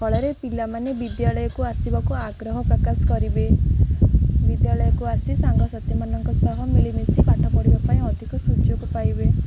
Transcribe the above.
ଫଳରେ ପିଲାମାନେ ବିଦ୍ୟାଳୟକୁ ଆସିବାକୁ ଆଗ୍ରହ ପ୍ରକାଶ କରିବେ ବିଦ୍ୟାଳୟକୁ ଆସି ସାଙ୍ଗସାଥିମାନଙ୍କ ସହ ମିଳିମିଶି ପାଠ ପଢ଼ିବା ପାଇଁ ଅଧିକ ସୁଯୋଗ ପାଇବେ